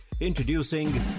Introducing